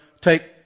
take